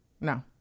No